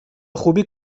خوبی